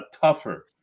tougher